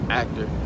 actor